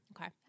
Okay